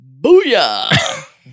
Booyah